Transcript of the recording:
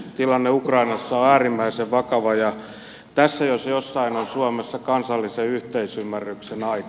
tilanne ukrainassa on äärimmäisen vakava ja tässä jos jossain on suomessa kansallisen yhteisymmärryksen aika